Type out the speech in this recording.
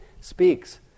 speaks